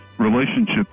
relationship